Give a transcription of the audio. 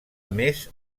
més